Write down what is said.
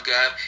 God